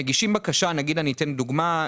אני אתן דוגמה.